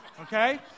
okay